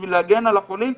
בשביל להגן על החולים.